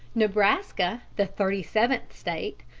nebraska, the thirty-seventh state,